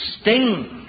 sting